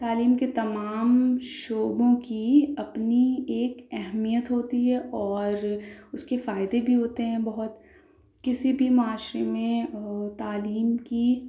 تعلیم کی تمام شعبوں کی اپنی ایک اہمیت ہوتی ہے اور اس کے فائدے بھی ہوتے ہیں بہت کسی بھی معاشرے میں تعلیم کی